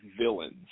villains